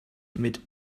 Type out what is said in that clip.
mit